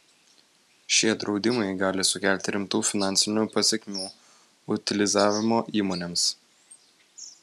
šie draudimai gali sukelti rimtų finansinių pasekmių utilizavimo įmonėms